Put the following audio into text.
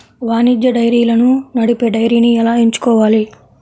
వాణిజ్య డైరీలను నడిపే డైరీని ఎలా ఎంచుకోవాలి?